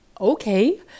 okay